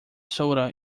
soda